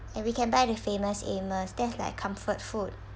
and we can buy the Famous Amos that's like comfort food